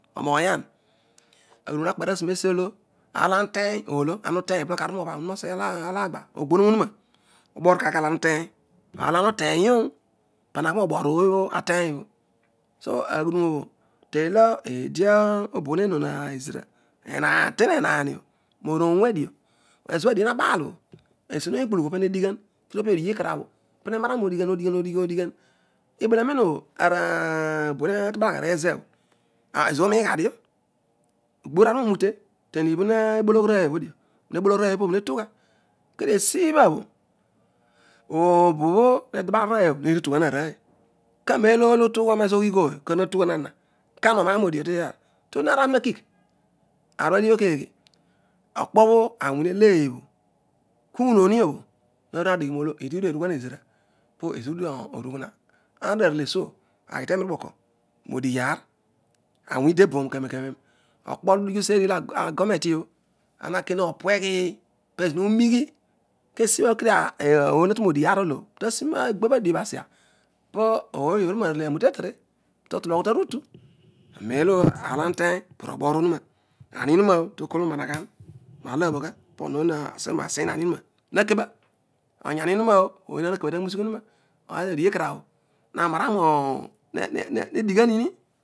Onogbayan, aghudu iota kpa asi resiolo, ona olo ona leteny olo ana uteny poho kon noturoobaro onuroa oseyle alaagba ogbohonohuka obo̱o̱r kaaraer olo owa uteny roaer olo ana otenyioh fara naki roboor oboateny obbo so aghiiduro ohbo ten olo edi obo bho tetelion ezira, phaal ten ehaal, hio rovruove dio ezibho adiobho abaal obho esiobho ukpulughu bohe dighah ledio odighi karagb obbo pezo hepara roodighan odighan odighan odighan ibela roen oblo obo me tabal ugha rarooy ozebho ezira urion gha dio edi ighaor rughadeo rootrute ten ibho rebologh rooy blo dio bobo netugha pedio esnoha blo obote tabalghu bho pobo hetugha rooy kanen olo eedi netrugha ana ta- a onawio roodighi otohigh aar tohragh zina okigh aar obho adighiobbo ke ghe okpbho awong te lee obho kunon obho radigh raa oho edi iruedio erughan ezira po ezira kruedio orughua ana arelesuo aghi teni ikpoko rodighiaan owoony iditeboon kanen kanen okpo ayonetioh pezo hopueghii pezo rodighi kesi bha kira ooy natu modighiaar tesina teghebh adiabh asia, po ooy oruerou arete aroute tetere totologhuta rutu, anen olo aar olo ana aru teny polo̱o̱r onuna, awohuna oh tokul naghahan ponon ooy hasin ahionuna hakeba oyani onusoa oh oyhiooy nakeba taghisigh onuioa